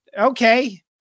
okay